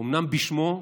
אומנם בשמו,